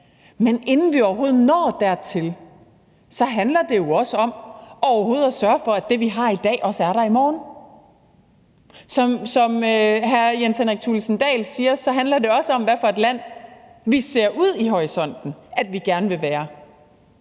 Men inden vi overhovedet når dertil, handler det jo også om overhovedet at sørge for, at det, vi har i dag, også er der i morgen, og det går min bekymring på. Som hr. Jens Henrik Thulesen Dahl siger, handler det også om, hvad for et land vi ser ude i horisonten vi gerne vil være,